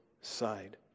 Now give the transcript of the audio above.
side